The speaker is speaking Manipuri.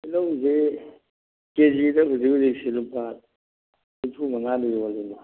ꯇꯤꯜꯍꯧꯁꯦ ꯀꯦꯖꯤꯗ ꯍꯧꯖꯤꯛ ꯍꯧꯖꯤꯛꯁꯦ ꯂꯨꯄꯥ ꯅꯤꯐꯨ ꯃꯉꯥꯗꯤ ꯌꯣꯜꯂꯤꯅꯦ